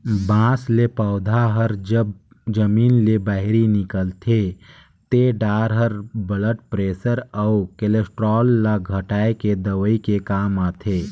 बांस ले पउधा हर जब जमीन ले बहिरे निकलथे ते डार हर ब्लड परेसर अउ केलोस्टाल ल घटाए के दवई के काम आथे